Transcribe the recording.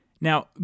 Now